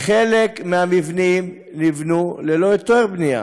חלק מהמבנים נבנו ללא היתר בנייה,